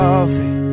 Coffee